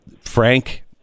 Frank